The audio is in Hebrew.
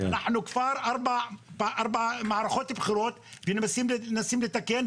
אנחנו כבר ארבע מערכות בחירות מנסים לתקן,